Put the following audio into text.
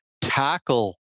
tackle